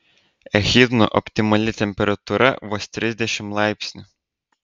echidnų optimali temperatūra vos trisdešimt laipsnių